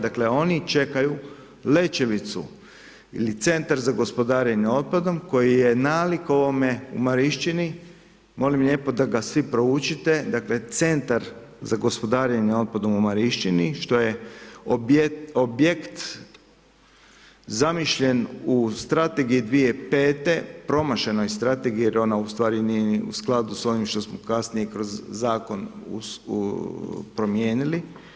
Dakle oni čekaju Lećevicu ili centar za gospodarenje otpadom koji je nalik ovome u Marišćini, molim lijepo da ga svi proučite, dakle Centar za gospodarenje otpadom u Marišćini što je objekt zamišljen u strategiji 2005., promašenoj strategiji jer ona ustvari nije ni u skladu sa onim što smo kasnije kroz zakon promijenili.